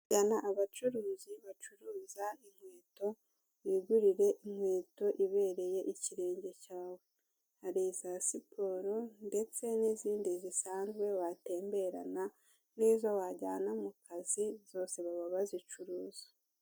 Gana abacuruzi bacuruza inkweto wigurire inkweto ibereye ikirenge cyawe, hari iza siporo ndetse n'izindi zisanzwe batemberana n'izo wajyana mu kazi zose baba bazicuruza.